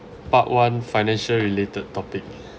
part one financial related topic